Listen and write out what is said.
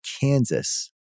Kansas